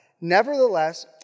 Nevertheless